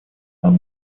сам